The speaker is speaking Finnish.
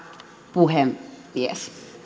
puhemies